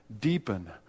deepen